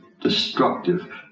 destructive